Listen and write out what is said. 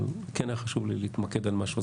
אבל כן היה חשוב לי להתמקד על משהו.